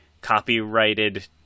copyrighted